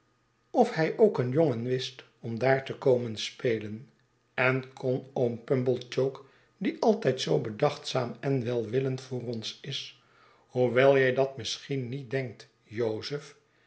of hij ook een jongen wist om daar te komen spelen en kon oom pumblechook die altijd zoo bedachtzaam en welwillend voor ons is hoewel jij dat misschien niet denkt jozef